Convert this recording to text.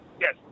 Yes